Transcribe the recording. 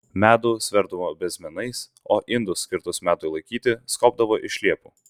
medų sverdavo bezmėnais o indus skirtus medui laikyti skobdavo iš liepų